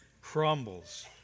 crumbles